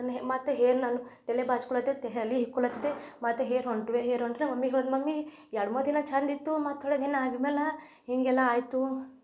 ಮತ್ತು ಹೇರ್ ನಾನು ತಲೆ ಬಾಚ್ಕೊಳ್ಳುತ್ತ ತಲಿ ಹಿಕ್ಕೊಳತ್ತೆ ಮತ್ತೆ ಹೇರ್ ಹೊಂಟ್ವು ಹೇರ್ ಹೊರ್ಟ್ರೆ ಮಮ್ಮಿಗೆ ಹೇಳೋದ್ ಮಮ್ಮಿ ಎರಡು ಮೂರು ದಿನ ಚೆಂದಿತ್ತು ಮತ್ತು ತೋಡ ದಿನ ಆದ ಮೇಲೆ ಹೀಗೆಲ್ಲ ಆಯಿತು